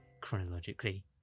chronologically